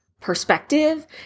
perspective